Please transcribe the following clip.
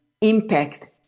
impact